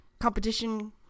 competition